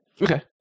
Okay